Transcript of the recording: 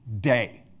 day